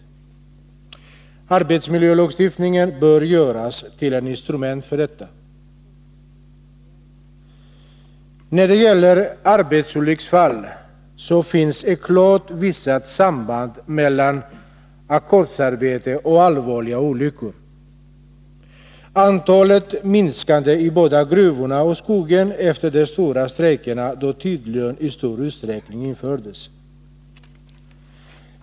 Arbetsmiljölagstiftningen bör göras till ett instrument för detta. När det gäller arbetsolycksfall finns det ett klart visat samband mellan ackordsarbete och allvarliga olyckor. Antalet olyckor i både gruvorna och skogen minskade sålunda efter de stora strejkerna, då tidlön i stor utsträckning infördes.